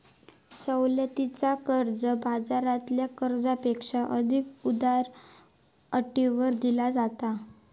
सवलतीचा कर्ज, बाजारातल्या कर्जापेक्षा अधिक उदार अटींवर दिला जाता